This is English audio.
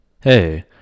Hey